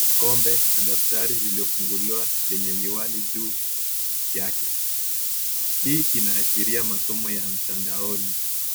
kikombe na daftari lililofunguliwa lenye miwani juu yake. Hii inaashiria masomo ya mtandaoni.